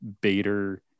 Bader